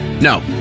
No